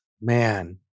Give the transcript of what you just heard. Man